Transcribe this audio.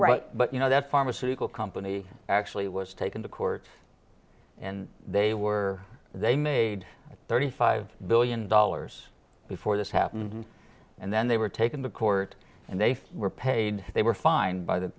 heroin but you know that pharmaceutical company actually was taken to court and they were they made thirty five billion dollars before this happened and then they were taken to court and they were paid they were fined by the